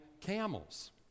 camels